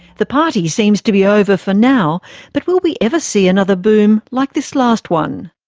the party seems to be over for now but will we ever see another boom like this last one?